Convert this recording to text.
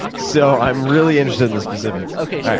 so i'm really interested in the specifics. okay.